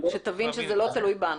רק שתבין שזה לא תלוי בנו.